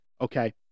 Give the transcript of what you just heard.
okay